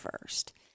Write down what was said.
first